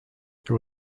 there